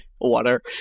water